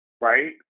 right